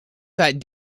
that